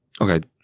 Okay